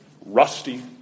rusty